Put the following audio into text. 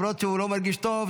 שלמרות שהוא לא מרגיש טוב,